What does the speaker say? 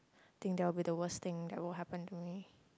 think that will be the most thing that can happen to me